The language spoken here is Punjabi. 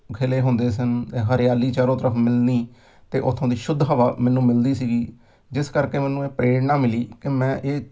ਖਿਲੇ ਹੁੰਦੇ ਸਨ ਹਰਿਆਲੀ ਚਾਰੋਂ ਤਰਫ਼ ਮਿਲਣੀ ਅਤੇ ਉਥੋਂ ਦੀ ਸ਼ੁੱਧ ਹਵਾ ਮੈਨੂੰ ਮਿਲਦੀ ਸੀਗੀ ਜਿਸ ਕਰਕੇ ਮੈਨੂੰ ਇਹ ਪ੍ਰੇਰਣਾ ਮਿਲੀ ਕਿ ਮੈਂ ਇਹ